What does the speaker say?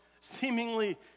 seemingly